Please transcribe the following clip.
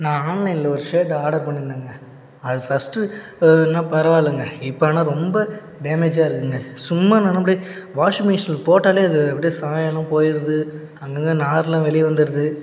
நான் ஆன்லைனில் ஒரு ஷர்ட் ஆடர் பண்ணிருந்தேங்க அது ஃபஸ்ட்டு பரவாயில்லங்க இப்போ ஆனால் ரொம்ப டேமேஜாக இருக்குதுங்க சும்மா நான் அப்படியே வாஷிங் மிஷினில் போட்டாலே அது அப்படியே சாயம் எல்லாம் போய்விடுது அங்கங்கே நாரெல்லாம் வெளியே வந்துடுது